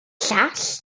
llall